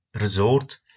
Resort